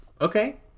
Okay